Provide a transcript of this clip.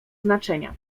znaczenia